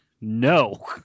No